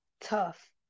tough